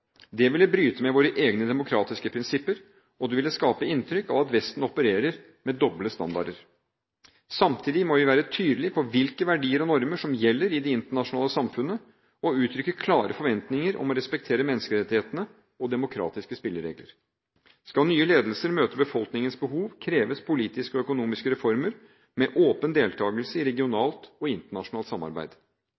Det ville bryte med våre egne demokratiske prinsipper, og det ville skape inntrykk av at Vesten opererer med doble standarder. Samtidig må vi være tydelige på hvilke verdier og normer som gjelder i det internasjonale samfunnet, og uttrykke klare forventninger om å respektere menneskerettighetene og demokratiske spilleregler. Skal nye ledelser møte befolkningenes behov, kreves politiske og økonomiske reformer med åpen deltakelse i